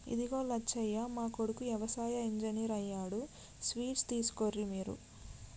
ఇదిగో లచ్చయ్య మా కొడుకు యవసాయ ఇంజనీర్ అయ్యాడు స్వీట్స్ తీసుకోర్రి మీరు